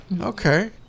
Okay